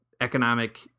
economic